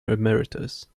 emeritus